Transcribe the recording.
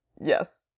yes